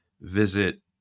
visit